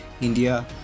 india